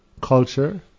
culture